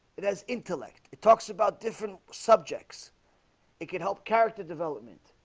it has intellect it talks about different subjects it can help character development.